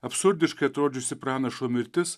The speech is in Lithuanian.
absurdiškai atrodžiusi pranašo mirtis